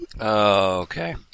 Okay